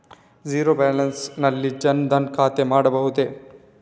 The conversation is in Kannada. ಝೀರೋ ಬ್ಯಾಲೆನ್ಸ್ ನಲ್ಲಿ ಜನ್ ಧನ್ ಖಾತೆ ಮಾಡಬಹುದೇ?